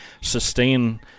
sustain